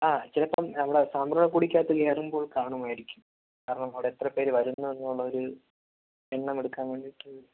ആ ചിലപ്പോൾ നമ്മള് സാംബ്രാണിക്കൊടിക്കകത്ത് കയറുമ്പോൾ കാണുമായിരിക്കും കാരണം അവിടെ എത്ര പേര് വരുന്നുള്ള എന്നോര് എണ്ണം എടുക്കാൻ വേണ്ടിയിട്ട്